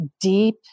Deep